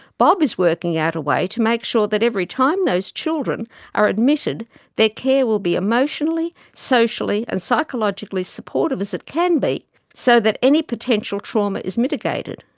bob is working out a way to make sure that every time those children are admitted their care will be as emotionally, socially and psychologically supportive as it can be so that any potential trauma is mitigated.